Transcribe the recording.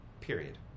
Period